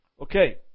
Okay